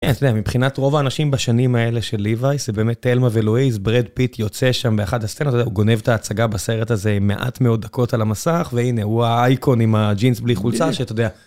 מבחינת רוב האנשים בשנים האלה של ליבייס, זה באמת תלמה ולואיס, ברד פיט יוצא שם באחד הסצנות, הוא גונב את ההצגה בסרט הזה מעט מאות דקות על המסך, והנה הוא האייקון עם הג'ינס בלי חולצה, שאתה יודע...